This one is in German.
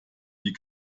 die